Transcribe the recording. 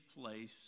place